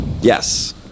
Yes